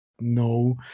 no